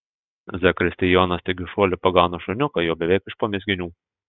zakristijonas staigiu šuoliu pagauna šuniuką jau beveik iš po mezginių